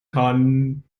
kann